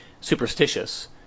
superstitious